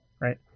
right